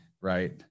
right